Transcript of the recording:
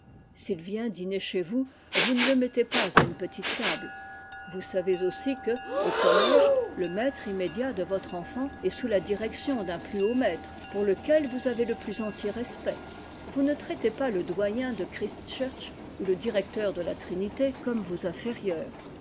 s'il vient dîner chez vous vous ne le mettez pas à une petite table vous savez aussi que au collège le maître immédiat de votre enfant est sous la direction d'un plus haut maître pour lequel vous avez le plus entier respect vous ne traitez pas le doyen de christ church ou le directeur de la trinité comme vos